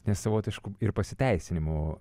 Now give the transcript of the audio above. nes savotišku ir pasiteisinimu